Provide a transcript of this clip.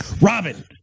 Robin